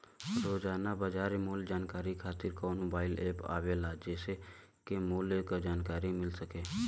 रोजाना बाजार मूल्य जानकारी खातीर कवन मोबाइल ऐप आवेला जेसे के मूल्य क जानकारी मिल सके?